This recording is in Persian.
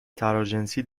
تراجنسی